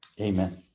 Amen